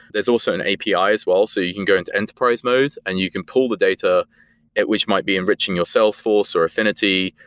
there's also an api as well so you can go into enterprise modes and you can pull the data at which might be enriching your salesforce or affinity.